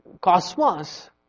cosmos